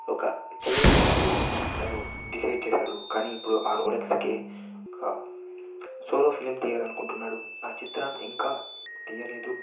ఒక చివరి క్షణంలో తను డిసైడ్ చేసాడు కానీ ఇప్పుడు ఆ రోలెక్స్కే సోలో ఫిలిం తీయాలనుకుంటున్నాడు ఆ చిత్రం ఇంకా తీయలేదు